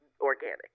organic